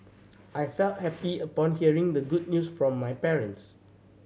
I felt happy upon hearing the good news from my parents